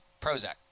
Prozac